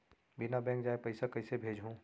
बिना बैंक जाये पइसा कइसे भेजहूँ?